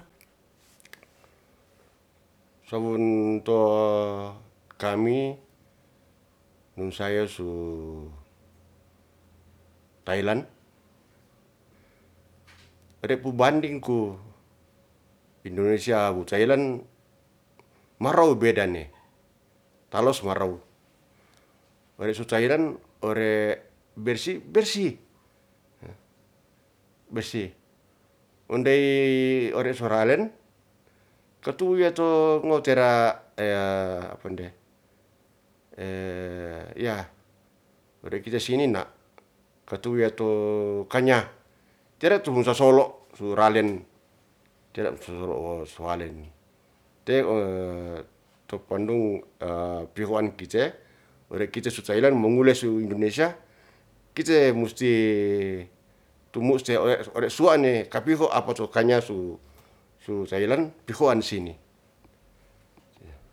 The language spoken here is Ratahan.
Sowun to kami nun saya su thailand, re pumbandingku indonesia wu thailand marow beda ne talos marow. We re su thailand ore bersih, bersih, bersih. Ondey ore so relen katu ya to ngo tera apa nde ya' ore kita sini na' katu ya to kanya tera tu mu sa solo, su ralen tera su solo su walen. Te to pondung pihoan kite, ore kite su thailand mongule su indonesia kite musti tumu se ore suwa'ne kapiho apa to kanya su, su thailand pihoan sini